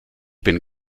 bin